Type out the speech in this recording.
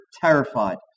terrified